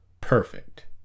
perfect